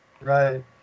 Right